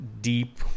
deep